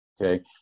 Okay